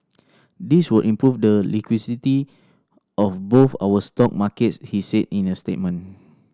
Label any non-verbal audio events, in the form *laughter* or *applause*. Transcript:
this will improve the *unintelligible* of both our stock markets he said in a statement